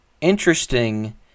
interesting